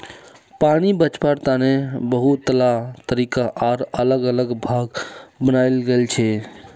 पानी बचवार तने बहुतला तरीका आर अलग अलग भाग बनाल गेल छे